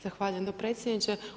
Zahvaljujem dopredsjedniče.